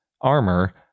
armor